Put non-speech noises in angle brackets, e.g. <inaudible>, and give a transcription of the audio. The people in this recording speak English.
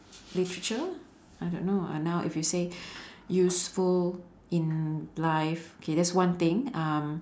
literature I don't know uh now if you say <breath> useful in life okay that's one thing um